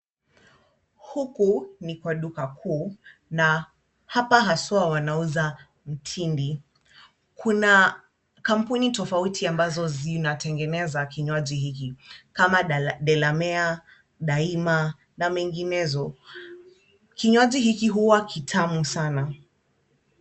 Huku ni kwa duka kuu na hapa haswa wanauza mtimbi. Kuna kampuni tofauti ambazo zinatengeneza vinywaji hivi kama Delamere, Daima na menginezo. Kinywaji hiki huwa kitamu sana.